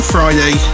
Friday